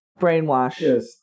brainwash